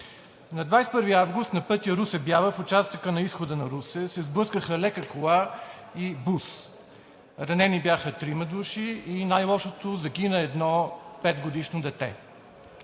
На 21 август на пътя Русе – Бяла в участъка на изхода на Русе се сблъскаха лека кола и бус. Ранени бяха трима души и най-лошото е, че загина едно 5-годишно дете.